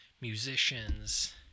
musicians